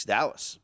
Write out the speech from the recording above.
Dallas